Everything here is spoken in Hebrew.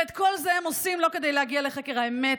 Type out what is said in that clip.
ואת כל זה הם עושים לא כדי להגיע לחקר האמת